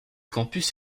campus